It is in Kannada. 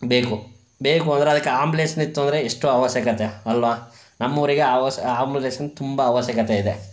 ಬೇಕು ಬೇಕು ಅಂದರೆ ಅದಕ್ಕೆ ಆಂಬುಲೆನ್ಸ್ ಇತ್ತು ಅಂದರೆ ಎಷ್ಟು ಅವಶ್ಯಕತೆ ಅಲ್ಲವಾ ನಮ್ಮೂರಿಗೆ ಅವಶ್ಯ ಆಂಬುಲೆನ್ಸಿಂದು ತುಂಬ ಅವಶ್ಯಕತೆಯಿದೆ